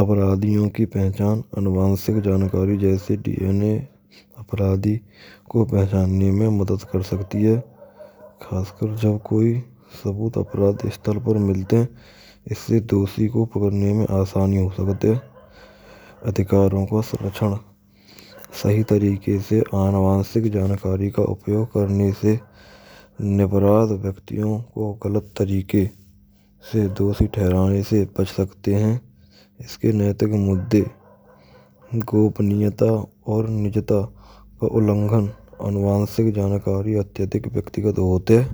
Apraadhiyon ki pahchan anuwanshik jankari jaise dna apraadhi ko pahchanne mein madad kar sakti hai khaskar jab koi saboot apradh sthal per milte hain isase doshi ko pakdane mein aasani ho sakat hai. Adhikaro ka sanrakshan sahi tarike se aanuvanshik jankari ka upyog karne se nirpradh vyaktiyo ko galat tarike se doshi thehrane se bach sakte hain. Iske naitik mudde gopniyata aur nijata ullanghan aanuvanshik jankari atyadhik vyaktigat hot hain.